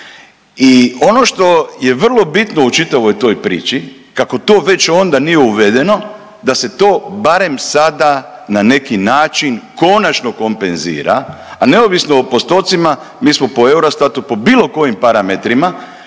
I ono što je vrlo bitno u čitavoj toj priči kako to već onda nije uvedeno, da se to barem sada na neki način konačno kompenzira, a neovisno o postotcima mi smo po EUROSTAT-u po bilo kojim parametrima